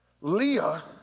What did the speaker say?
Leah